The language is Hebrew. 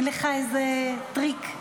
אין לך איזה טריק?